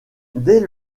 dès